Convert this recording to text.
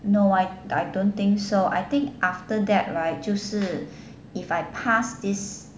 no I I don't think so I think after that right 就是 if I pass this